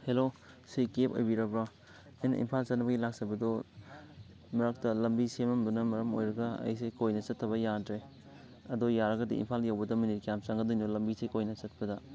hello ꯁꯤ cab ꯑꯣꯏꯕꯤꯔꯕꯣ ꯑꯩꯅ ꯏꯝꯐꯥꯜ ꯆꯠꯅꯕꯩ ꯂꯥꯛꯆꯕꯗꯣ ꯃꯔꯛꯇ ꯂꯝꯕꯤ ꯁꯦꯝꯃꯝꯕꯅ ꯃꯔꯝ ꯑꯣꯏꯔꯒ ꯑꯩꯁꯦ ꯀꯣꯏꯅ ꯆꯠꯇꯕ ꯌꯥꯗ꯭ꯔꯦ ꯑꯗꯣ ꯌꯥꯔꯒꯗꯤ ꯏꯝꯐꯥꯜ ꯌꯧꯕꯗ ꯃꯤꯅꯤꯠ ꯀꯌꯥꯝ ꯆꯪꯒꯗꯣꯏꯅꯣ ꯂꯝꯕꯤꯁꯤ ꯀꯣꯏꯅ ꯆꯠꯄꯗ